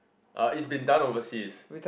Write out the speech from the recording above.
uh it's been done overseas